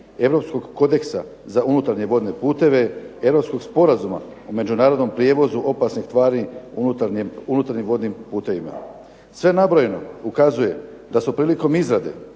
Europskog kodeksa za unutarnje vodne puteve, Europskog sporazuma o međunarodnom prijevozu opasnih tvari unutarnjih vodnim putevima. Sve nabrojeno ukazuje da su prilikom izrade